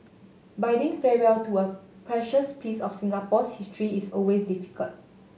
bidding farewell to a precious piece of Singapore's history is always difficult